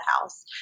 house